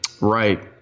Right